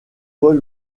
paul